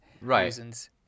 reasons